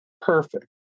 perfect